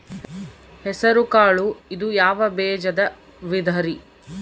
ಹೆಸರುಕಾಳು ಇದು ಯಾವ ಬೇಜದ ವಿಧರಿ?